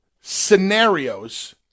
scenarios